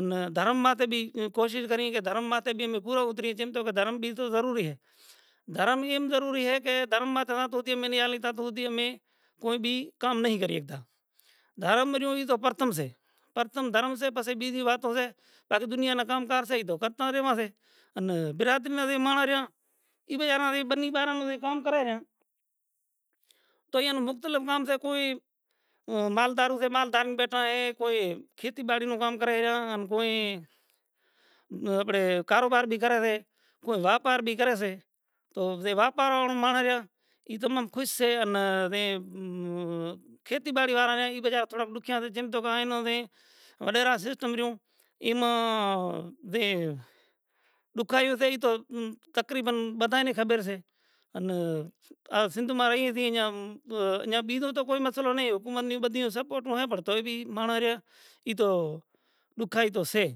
ان دھرم ماٹے بھی کوشش کریئے کہ دھرم ماتے۔ ھی پورا اتریئے چے تو دھرم بھی ضروری ھے۔ دھرم ایک ضروری ھے کہ دھرم ما تو کوئی بھی کام نہیں کری ھگتا۔ دھرم ما روئی ھی تو پرتم سے۔ پرتم دھرم سے پسی بیجی واتو سے۔ تاکہ ونیا نو کام کار سے تو کرتا رہیوا سے۔ ان برادری ما ان ماڑں رہیہ۔ ایبے اینا نی بننی بارم کام کرے ھے۔ تو اییونوں مختلف کام سے کوئی، کوئی مالدار ھے کوئی مال دھارین بیٹھا ھے، کوئی کھیتی باری نو کام کرے ریوا ھے کوئی اپرے کاروبار بھی کرے ھے، کوئی ویپار بھی کرے سے، تو واپار نی ماڑں جا ای تو من خوس سے ان کھیتی باڑی واڑا ای بجا دُکھیا تھی چیم توں کائی نوں تھی وڈیراں سی ایما دے دُکھائیوں تھئی توں آن تقریباً بدھائی نی خبیر سے۔ ان ا سندھ ما رہیے تھی ام بیجو تو کوئی مسئلو نہیں حکومت نی بدھیوں سپوڑٹ ھے تو بھی بھنڑا رہیا ۔ ای تو دُکھ آئے تو سے۔